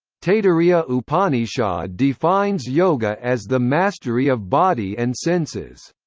taittiriya upanishad defines yoga as the mastery of body and senses.